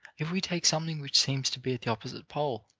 if we take something which seems to be at the opposite pole,